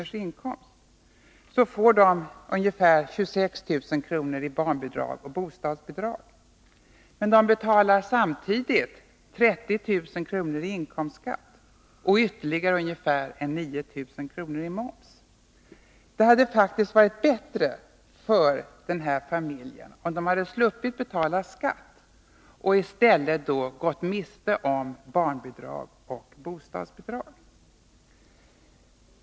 i inkomst får visserligen ca 26 000 kr. i barnbidrag och bostadsbidrag, men den betalar ca 30 000 kr. i inkomstskatt och ytterligare ungefär 9 000 kr. i moms. Det hade faktiskt varit bättre för denna familj om den hade sluppit betala skatt och i stället gått miste om barnbidrag och bostadsbidrag.